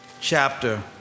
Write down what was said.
chapter